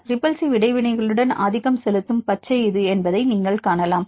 repulsive இடைவினைகளுடன் ஆதிக்கம் செலுத்தும் பச்சை இது என்பதை நீங்கள் காணலாம்